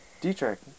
Dietrich